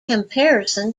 comparison